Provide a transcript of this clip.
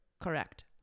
Correct